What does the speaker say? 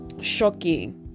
shocking